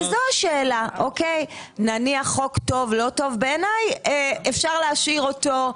חוק טוב או לא טוב, בעיניי אפשר להשאיר אותו.